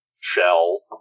shell